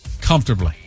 comfortably